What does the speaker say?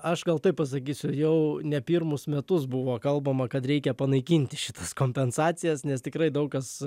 aš gal tai pasakysiu jau ne pirmus metus buvo kalbama kad reikia panaikinti šitas kompensacijas nes tikrai daug kas